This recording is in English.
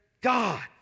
God